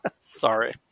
sorry